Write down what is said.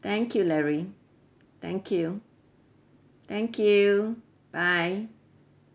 thank you larry thank you thank you bye